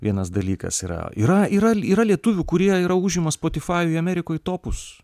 vienas dalykas yra yra yra yra lietuvių kurie yra užima spotifajuj amerikoj topus